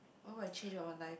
what would I change on my life